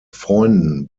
freunden